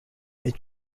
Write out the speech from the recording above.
est